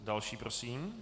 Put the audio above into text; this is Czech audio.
Další prosím.